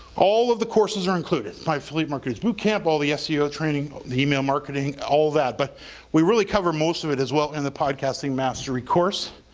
all of the courses are included. my affiliate marketers bootcamp, all the seo training, the email marketing, all that but we really cover most of it as well in the podcasting mastery course